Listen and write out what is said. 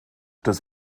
des